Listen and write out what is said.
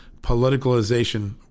politicalization